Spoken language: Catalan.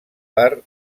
per